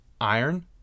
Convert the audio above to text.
iron